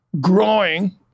growing